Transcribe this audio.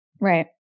Right